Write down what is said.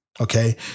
okay